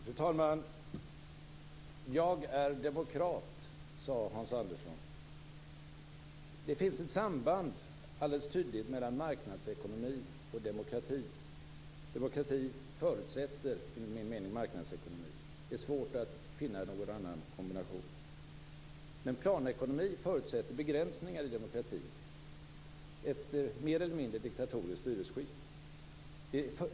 Fru talman! Jag är demokrat, sade Hans Andersson. Det finns ett alldeles tydligt samband mellan marknadsekonomi och demokrati. Demokrati förutsätter enligt min mening marknadsekonomi. Det är svårt att finna någon annan kombination. Men planekonomi förutsätter begränsningar i demokratin och ett mer eller mindre diktatoriskt styrelseskick.